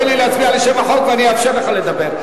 תן לי להצביע על שם החוק ואאפשר לך לדבר.